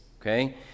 Okay